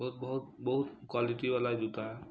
ବହୁତ୍ ବହୁତ୍ ବହୁତ୍ କ୍ୟାଲିଟି ବାଲା ଯୁତା